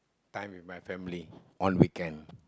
time with my family on weekend